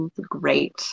great